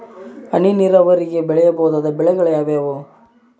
ಹನಿ ನೇರಾವರಿಯಲ್ಲಿ ಬೆಳೆಯಬಹುದಾದ ಬೆಳೆಗಳು ಯಾವುವು?